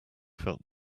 felt